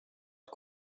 att